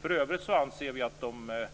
För övrigt anser vi att de